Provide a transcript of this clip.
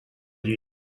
llit